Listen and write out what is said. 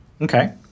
Okay